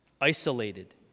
isolated